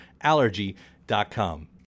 Allergy.com